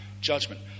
judgment